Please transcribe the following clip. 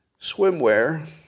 swimwear